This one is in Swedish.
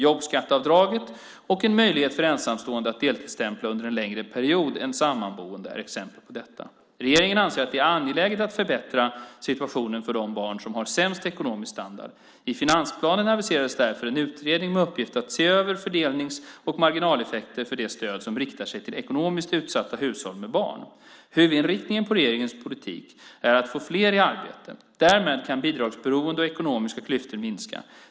Jobbskatteavdraget och möjligheten för ensamstående att deltidsstämpla under en längre period än sammanboende är exempel på detta. Regeringen anser att det är angeläget att förbättra situationen för de barn som har sämst ekonomisk standard. I finansplanen aviserades därför en utredning med uppgift att se över fördelnings och marginaleffekter av de stöd som riktar sig till ekonomiskt utsatta hushåll med barn. Huvudinriktningen på regeringens politik är att få fler i arbete. Därmed kan bidragsberoende och ekonomiska klyftor minska.